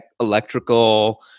electrical